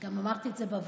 גם אמרתי את זה בוועדה: